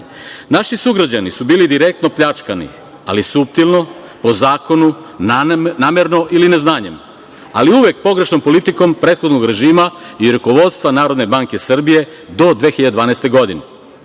sugrađani su bili direktno pljačkani, ali suptilno, po zakonu, namerno ili neznanjem, ali uvek pogrešnom politikom prethodnog režima i rukovodstva NBS do 2012. godine.